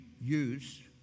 use